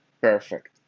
perfect